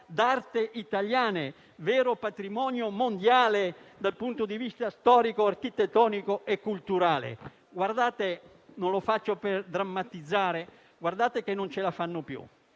d'arte italiane, vero patrimonio mondiale dal punto di vista storico, architettonico e culturale. Non lo dico per drammatizzare, ma non ce la fanno più.